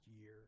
year